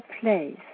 place